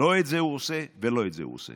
לא את זה הוא עושה ולא את זה הוא עושה.